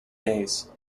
days